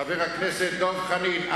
חבר הכנסת דב חנין,